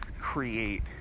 create